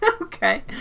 Okay